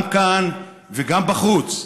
גם כאן וגם בחוץ,